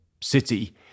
city